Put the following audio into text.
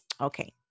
Okay